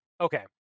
okay